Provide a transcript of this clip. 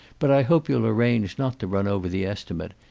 but i hope you'll arrange not to run over the estimate.